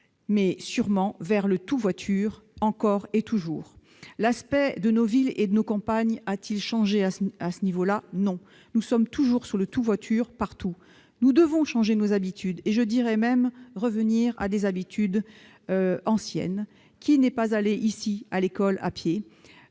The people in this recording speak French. mais sûrement, vers le « tout voiture », encore et toujours. L'aspect de nos villes et de nos campagnes a-t-il changé à cet égard ? Non, nous sommes toujours dans le tout voiture, partout. Nous devons changer nos habitudes, et, j'ose le dire, revenir à des habitudes anciennes. Qui, très jeune, n'est pas allé à l'école à pied